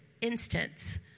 instance